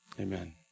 amen